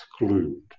exclude